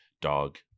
dog